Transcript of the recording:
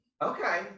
Okay